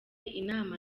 inama